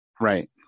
Right